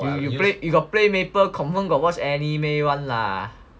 you got play Maple confirm got watch anime [one] lah